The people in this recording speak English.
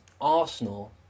Arsenal